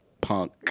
Punk